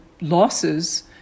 losses